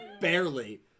Barely